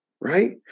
Right